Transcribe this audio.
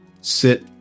sit